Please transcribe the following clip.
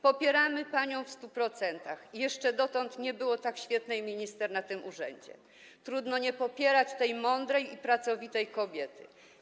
Popieramy panią w 100%, jeszcze dotąd nie było tak świetnej minister na tym urzędzie, trudno nie popierać tej mądrej, pracowitej kobiety.